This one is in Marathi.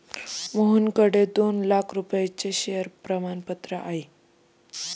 मोहनकडे दोन लाख रुपयांचे शेअर प्रमाणपत्र आहे